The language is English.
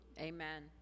Amen